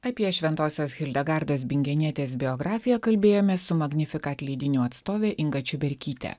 apie šventosios hildegardos bingenietės biografiją kalbėjomės su magnifikat leidinių atstovė inga čiuberkyte